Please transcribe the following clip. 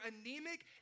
anemic